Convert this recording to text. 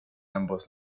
ambos